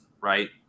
right